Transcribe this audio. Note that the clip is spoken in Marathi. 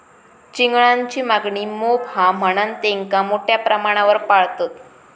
चिंगळांची मागणी मोप हा म्हणान तेंका मोठ्या प्रमाणावर पाळतत